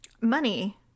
Money